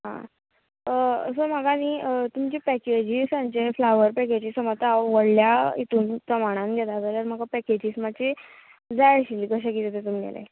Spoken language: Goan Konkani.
आ सो का न्ही तुमच्या पेकेजीन्साचे फ्लावर पेकेजीस जर म्हाका व्हडल्या प्रमाणा घेता जाल्यार म्हाका पेकेजीस मातशी जाय आशिल्ली कशें कितें तें तुमगेलें